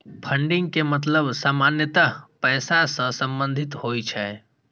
funding के मतलब सामान्यतः पैसा सं संबंधित होइ छै